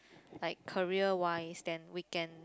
like career wise then weekend